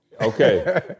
Okay